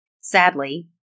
Sadly